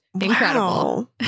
incredible